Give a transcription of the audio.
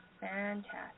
Fantastic